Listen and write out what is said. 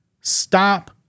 Stop